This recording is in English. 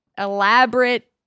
elaborate